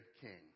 king